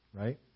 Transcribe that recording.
right